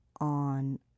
on